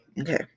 Okay